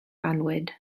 annwyd